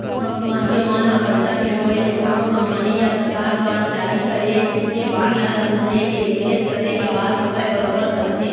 मनखे मन ह पइसा के होय ले कोनो कंपनी या सरकार दुवार जारी करे गे बांड ला लेके निवेस करे के बात होवय बरोबर करथे